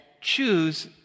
choose